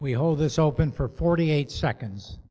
we hold this open for forty eight seconds